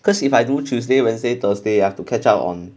cause if I do tuesday wednesday thursday I have to catch up on